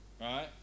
right